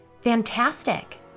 Fantastic